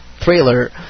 trailer